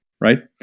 right